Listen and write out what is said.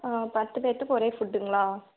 ஆ பத்து பேருத்துக்கும் ஒரே ஃபுட்டுங்களா